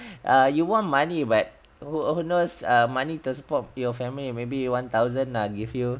err you want money but wh~ who knows err money to support your family maybe ah one thousand lah give you